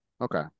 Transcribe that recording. Okay